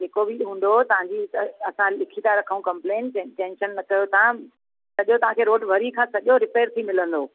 जेको बि हूंदो तव्हांजी असां लिखी था रखूं कंपलेंट टें टेंशन न कयो तव्हां सॼो तव्हांखे रोड वरी खां सॼो रिपेर थी मिलंदो